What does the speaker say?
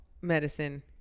medicine